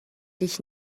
dich